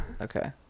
Okay